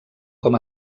com